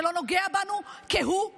זה לא נוגע בנו כהוא זה.